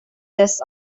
this